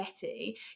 betty